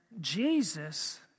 Jesus